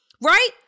Right